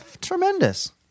Tremendous